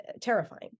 terrifying